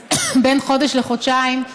אז בין חודש לחודשיים,